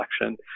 election